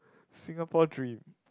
Singapore dream